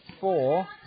four